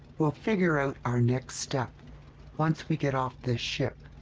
we'll figure out our next step once we get off this ship.